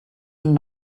ihnen